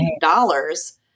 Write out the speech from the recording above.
dollars